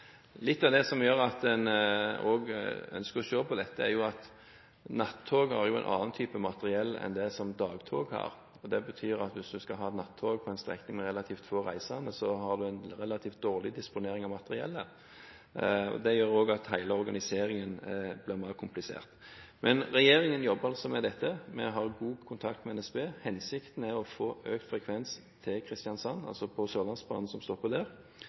Litt av det som gjør at en også ønsker å se på dette, er at nattog har en annen type materiell enn det som dagtog har. Det betyr at hvis du skal ha nattog på en strekning med relativt få reisende, har du en relativt dårlig disponering av materiellet. Det gjør også at hele organiseringen blir mer komplisert. Regjeringen jobber altså med dette. Vi har god kontakt med NSB. Hensikten er å få økt frekvens til Kristiansand på Sørlandsbanen, som stopper der,